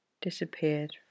Disappeared